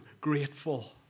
grateful